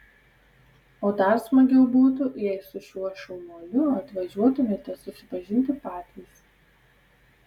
o dar smagiau būtų jei su šiuo šaunuoliu atvažiuotumėte susipažinti patys